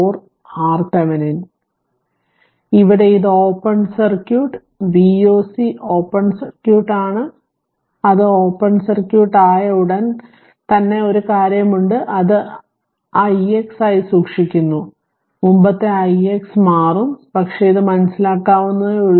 അതിനാൽ ഇവിടെ ഇത് open circuit Voc open circuit ആണ് അത് ഓപ്പൺ സർക്യൂട്ട് ആയ ഉടൻ തന്നെ ഒരു കാര്യം ഉണ്ട് അത് ix ആയി സൂക്ഷിക്കുന്നു മുമ്പത്തെ ix മാറും പക്ഷേ ഇത് മനസ്സിലാക്കാവുന്നതേയുള്ളൂ